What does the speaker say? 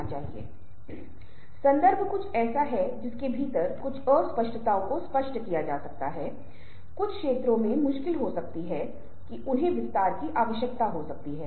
और चेहरे के विभिन्न पहलुओं में अलग अलग मांसपेशियों पर चेहरे में महत्वपूर्ण भूमिका निभाते हैं बहुत सारे शोध किए गाए है